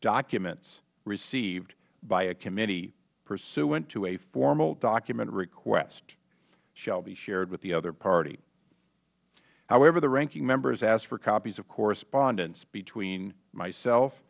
documents received by a committee pursuant to a formal document request shall be shared with the other party however the ranking member has asked for copies of correspondence between myself